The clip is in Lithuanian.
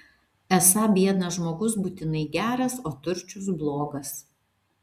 esą biednas žmogus būtinai geras o turčius blogas